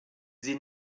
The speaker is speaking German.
sie